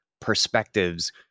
perspectives